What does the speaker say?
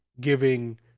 giving